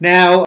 Now